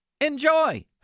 Enjoy